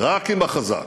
רק עם החזק,